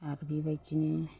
आरो बेबायदिनो